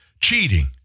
Cheating